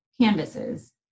canvases